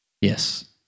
Yes